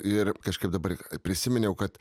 ir kažkaip dabar prisiminiau kad